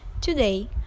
Today